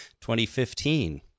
2015